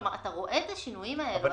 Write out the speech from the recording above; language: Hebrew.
כלומר, אתה רואה את השינויים האלו.